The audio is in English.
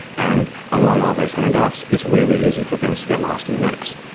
and among all those handoffs, it's really easy for things to get lost in the mix.